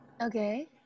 Okay